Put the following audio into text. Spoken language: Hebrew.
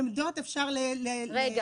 עמדות אפשר לטעון,